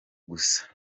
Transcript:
gusa